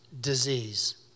disease